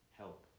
help